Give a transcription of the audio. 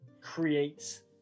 creates